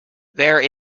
there